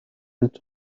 its